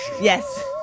Yes